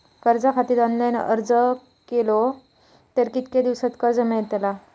कर्जा खातीत ऑनलाईन अर्ज केलो तर कितक्या दिवसात कर्ज मेलतला?